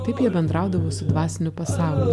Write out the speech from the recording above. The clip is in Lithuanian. taip jie bendraudavo su dvasiniu pasauliu